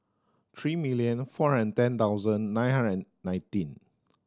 three million four hundred ten thousand nine hundred nineteen